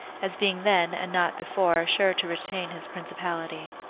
as being then, and not before, sure to retain his principality.